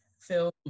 film